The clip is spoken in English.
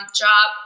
job